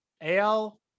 AL